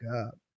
up